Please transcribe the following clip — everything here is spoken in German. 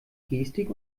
gestik